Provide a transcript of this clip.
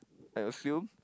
I assume